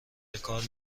بکار